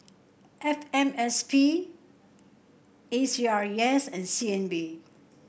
F M S P A C R E S and C N B